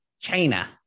China